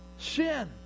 sin